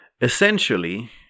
Essentially